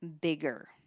bigger